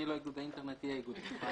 אני לא איגוד האינטרנט, היא האיגוד.